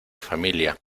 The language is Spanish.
familia